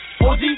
OG